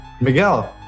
Miguel